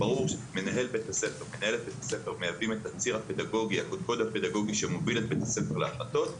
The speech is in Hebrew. מנהלי בית הספר מהווים את הקודקוד הפדגוגי שמוביל את בית הספר להחלטות,